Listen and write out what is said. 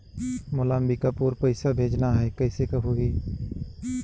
मोला अम्बिकापुर पइसा भेजना है, कइसे होही?